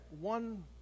one